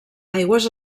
aigües